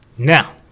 Now